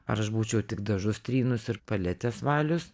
ar aš būčiau tik dažus trynus ir paletus valius